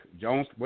Jones